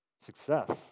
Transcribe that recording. success